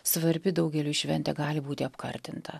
svarbi daugeliui šventė gali būti apkartinta